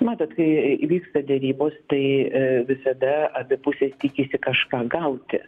matot kai įvyksta derybos tai visada abi pusės tikisi kažką gauti